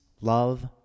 love